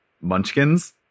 Munchkins